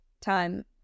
time